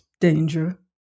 danger